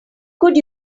could